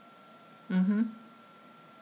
mmhmm